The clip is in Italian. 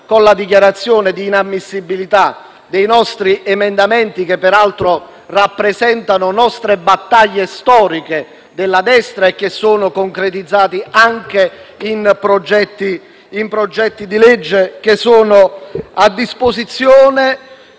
con la dichiarazione di inammissibilità dei nostri emendamenti, che peraltro rappresentano battaglie storiche della destra e sono concretizzati in progetti di legge a disposizione